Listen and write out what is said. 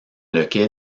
lequel